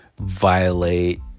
violate